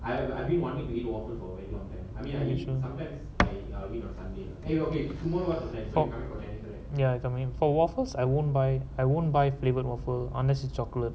I I didn't want me to eat waterfall near yishun combat pay okay from what fork near coming for waffles I won't buy I won't buy flavoured waffle unnecessary chocolate